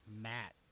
Matt